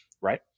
Right